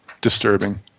disturbing